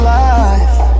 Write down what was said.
life